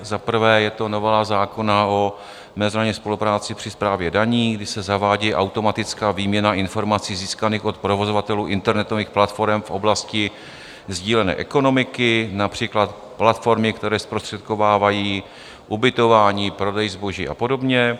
Za prvé je to novela zákona o mezinárodní spolupráci při správě daní, když se zavádí automatická výměna informací získaných od provozovatelů internetových platforem v oblasti sdílené ekonomiky, například platformy, které zprostředkovávají ubytování, prodej zboží a podobně.